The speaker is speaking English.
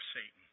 Satan